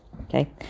Okay